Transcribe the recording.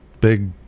big